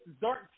dark